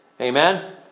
Amen